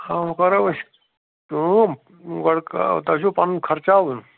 ہاں وۄںۍ کَرو أسۍ کٲم گۄڈٕ تۄہہِ چھُو پَنُن خرچاوُن